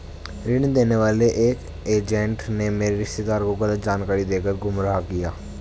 ऋण देने वाले एक एजेंट ने मेरे रिश्तेदार को गलत जानकारी देकर गुमराह किया